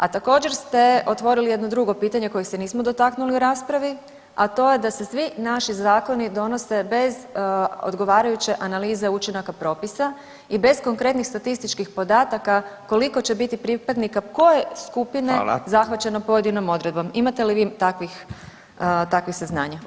A također ste otvorili jedno drugo pitanje kojeg se nismo dotaknuli u raspravi, a to je da se svi naši zakoni donose bez odgovarajuće analize učinaka propisa i bez konkretnih statističkih podataka koliko će biti pripadnika koje skupine zahvaćeno pojedinom odredbom, imate li vi takvih, takvih saznanja?